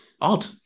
odd